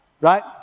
right